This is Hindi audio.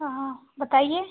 हाँ हाँ बताइए